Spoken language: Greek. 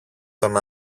τον